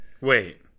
Wait